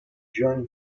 joined